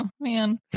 Man